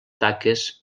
taques